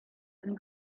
and